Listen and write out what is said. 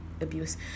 abuse